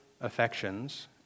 affections